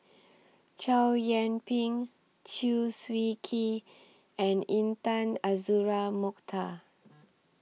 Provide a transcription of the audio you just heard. Chow Yian Ping Chew Swee Kee and Intan Azura Mokhtar